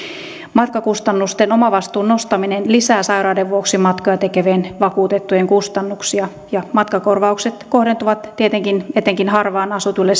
matkakustannusten omavastuun nostaminen lisää sairauden vuoksi matkoja tekevien vakuutettujen kustannuksia ja matkakorvaukset kohdentuvat tietenkin etenkin harvaan asutuille